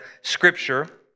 scripture